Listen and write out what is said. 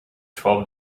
twelve